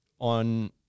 on